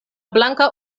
blanka